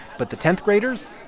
but the tenth graders?